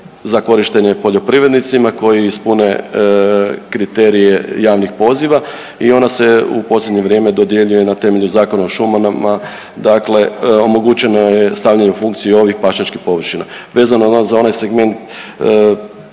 za korištenje poljoprivrednicima koji ispune kriterije javnih poziva i ona se u posljednje vrijeme dodjeljuje na temelju Zakona o šumama, dakle omogućeno je stavljanje u funkciju ovih pašnjačkih površina.